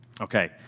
Okay